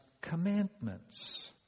commandments